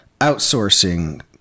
outsourcing